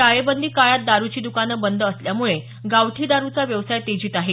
टाळेबंदी काळात दारूची दकानं बंद असल्यामुळं गावठी दारुचा व्यवसाय तेजीत आहे